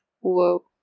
Whoa